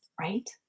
right